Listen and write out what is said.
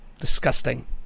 Disgusting